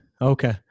Okay